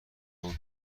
اون